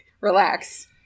Relax